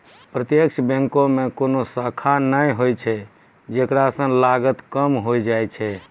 प्रत्यक्ष बैंको मे कोनो शाखा नै होय छै जेकरा से लागत कम होय जाय छै